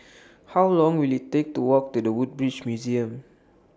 How Long Will IT Take to Walk to The Woodbridge Museum